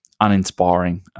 uninspiring